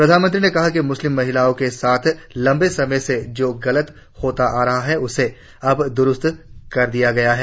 प्रधानमंत्री ने कहा कि मुस्लिम महिलाओं के साथ लंबे समय से जो गलत होता आ रहा उसे अब दुस्तर कर दिया गया है